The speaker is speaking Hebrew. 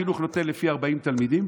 משרד החינוך נותן לפי 40 תלמידים.